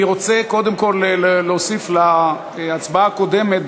אני רוצה קודם כול להוסיף להצבעה הקודמת,